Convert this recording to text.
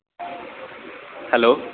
hello